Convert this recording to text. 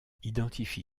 identifie